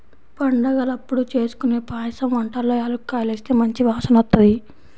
పండగలప్పుడు జేస్కొనే పాయసం వంటల్లో యాలుక్కాయాలేస్తే మంచి వాసనొత్తది